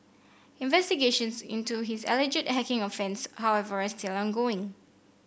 investigations into his alleged hacking offence however are still ongoing